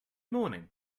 morning